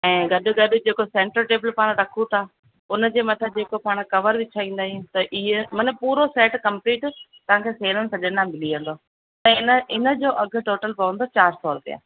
ऐं गॾु गॾु जेको सेंटर टेबल पाणि रखूं था हुनजे मथां जेको पाणि कवर विछाईंदा आहियूं त इअं मतलबु पूरो सेट कंपलीट तव्हांखे सेणनि सॼणनि लाइ मिली वेंदव ऐं हिन हिनजो अघु टोटल पवंदो चारि सौ रुपया